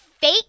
fake